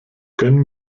gönn